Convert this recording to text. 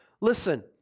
Listen